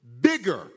bigger